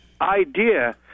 idea